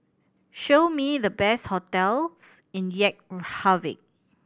show me the best hotels in Reykjavik